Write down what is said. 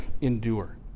endure